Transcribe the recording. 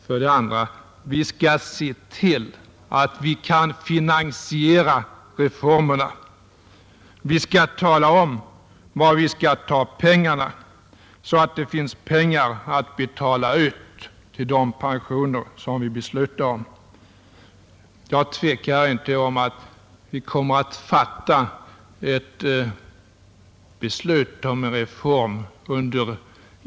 För det andra skall vi se till att vi kan finansiera reformen. Vi skall tala om var vi skall ta medlen, så att det finns pengar att betala ut till de pensioner vi beslutar om. Jag tvivlar inte på att vi under innevarande mandatperiod kommer att fatta ett beslut om en pensionsreform.